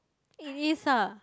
it is ah